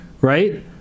right